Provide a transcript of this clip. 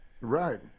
Right